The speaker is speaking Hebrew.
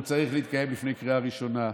הוא צריך להתקיים לפני הקריאה הראשונה.